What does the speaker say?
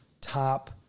top